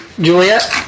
Juliet